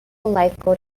lifeguard